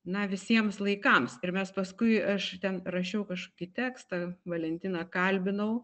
na visiems laikams ir mes paskui aš ten rašiau kažkokį tekstą valentiną kalbinau